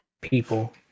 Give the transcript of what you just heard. people